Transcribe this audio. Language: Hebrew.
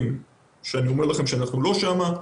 ואני אומר לכם שאנחנו לא שם,